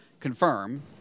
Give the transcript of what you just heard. confirm